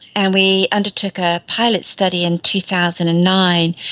and we undertook a pilot study in two thousand and nine,